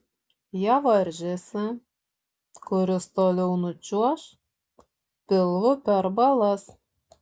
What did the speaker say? jie varžėsi kuris toliau nučiuoš pilvu per balas